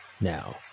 now